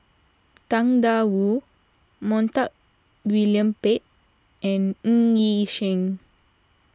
Tang Da Wu Montague William Pett and Ng Yi Sheng